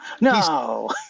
no